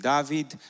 David